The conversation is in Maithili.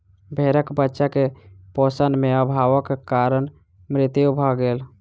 भेड़क बच्चा के पोषण में अभावक कारण मृत्यु भ गेल